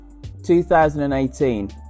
2018